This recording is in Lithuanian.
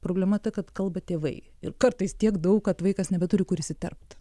problema ta kad kalba tėvai ir kartais tiek daug kad vaikas nebeturi kur įsiterpt